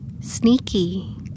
Sneaky